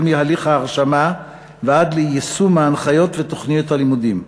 מהליך ההרשמה ועד ליישום ההנחיות ותוכניות הלימודים.